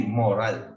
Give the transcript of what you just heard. moral